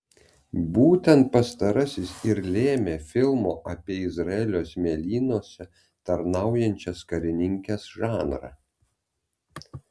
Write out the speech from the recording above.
būtent pastarasis ir lėmė filmo apie izraelio smėlynuose tarnaujančias karininkes žanrą